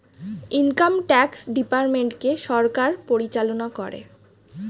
income tax ডিপার্টমেন্টকে সরকার পরিচালনা করে